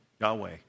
Yahweh